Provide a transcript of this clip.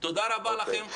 תודה רבה לכם.